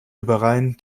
überein